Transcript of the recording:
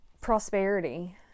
prosperity